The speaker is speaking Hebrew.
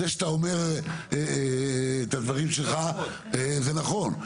זה שאתה אומר את הדברים שלך זה נכון,